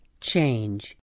change